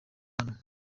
hano